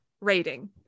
rating